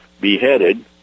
beheaded